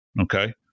Okay